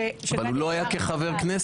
כשגדי --- אבל הוא לא היה כחבר כנסת.